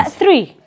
three